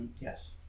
Yes